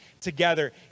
together